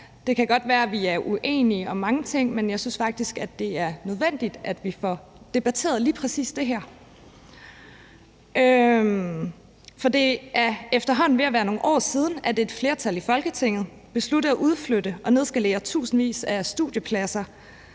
Det kan godt være, at vi er uenige om mange ting, men jeg synes faktisk, det er nødvendigt, at vi får debatteret lige præcis det her, for det er efterhånden ved at være nogle år siden, at et flertal i Folketinget besluttede at flytte og nedskalere tusindvis af studiepladser